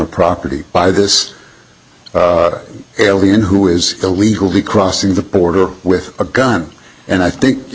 property by this alien who is illegal be crossing the border with a gun and i think